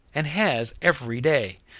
and has every day,